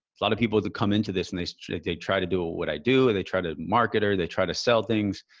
a lot of people that come into this and they try to do ah what i do and they try to market, or they try to sell things,